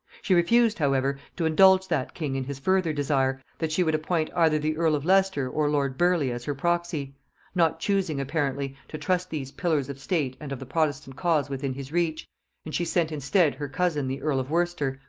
she refused however to indulge that king in his further desire, that she would appoint either the earl of leicester or lord burleigh as her proxy not choosing apparently to trust these pillars of state and of the protestant cause within his reach and she sent instead her cousin the earl of worcester,